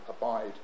abide